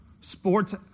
Sports